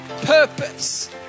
purpose